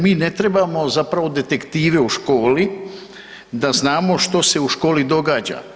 Mi ne trebamo zapravo detektive u školi, da znamo što se u školi događa.